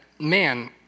Man